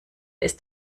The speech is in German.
ist